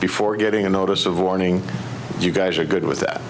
before getting a notice of warning you guys are good with